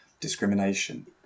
discrimination